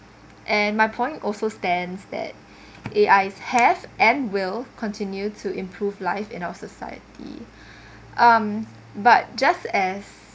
and my point also stands that A_I have and will continue to improve life in our society um but just as